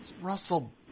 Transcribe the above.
Russell